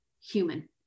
human